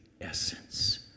essence